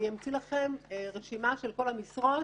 אני אמציא לכם רשימה של כל המשרות,